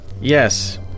yes